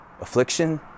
affliction